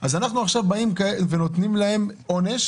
אז אנחנו עכשיו באים ונותנים להם עונש,